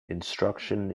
instruction